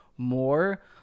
more